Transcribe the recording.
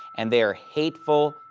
and they are hateful,